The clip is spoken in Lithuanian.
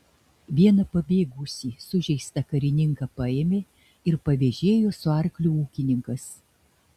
vieną pabėgusį sužeistą karininką paėmė ir pavėžėjo su arkliu ūkininkas